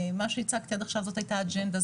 מה שהצגתי עד עכשיו זאת הייתה האג'נדה,